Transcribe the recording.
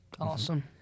awesome